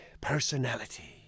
personality